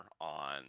on